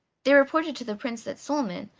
they reported to the prince that suliman,